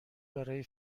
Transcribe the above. برای